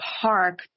park